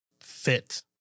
fit